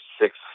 six